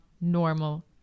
normal